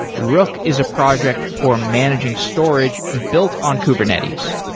rook is a project for managing storage built on kubernetes.